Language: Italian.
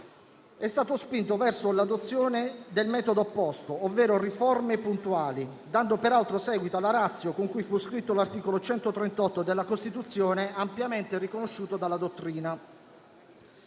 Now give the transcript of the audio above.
è stato spinto verso l'adozione del metodo opposto, ovvero riforme puntuali, dando per altro seguito alla *ratio* con cui fu scritto l'articolo 138 della Costituzione, ampiamente riconosciuto dalla dottrina.